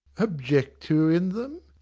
object to in them?